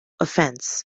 offence